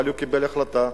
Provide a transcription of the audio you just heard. אבל הוא קיבל החלטה.